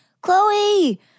Chloe